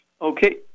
Okay